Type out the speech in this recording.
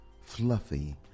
fluffy